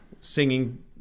Singing